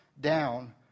down